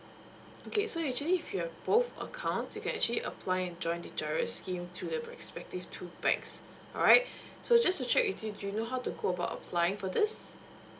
okay so you actually if you have both accounts you can actually apply and join the GIRO scheme through the respective two banks alright so just to check with you do you know how to go about applying for this